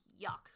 yuck